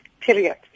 period